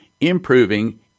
improving